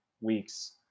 weeks